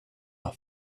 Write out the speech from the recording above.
are